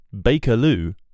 Bakerloo